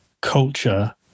culture